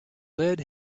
lead